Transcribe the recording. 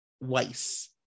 Weiss